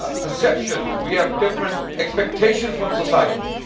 ah perceptions. we have different expectations from society.